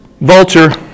vulture